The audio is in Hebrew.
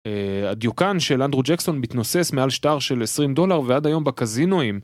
הדיוקן של אנדרו ג'קסון מתנוסס מעל שטר של 20 דולר ועד היום בקזינואים.